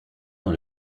dans